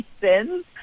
sins